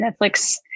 Netflix